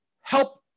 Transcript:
help